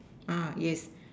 uh yes